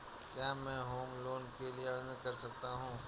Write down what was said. क्या मैं home loan के लिए आवेदन कर सकता हूं?